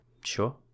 sure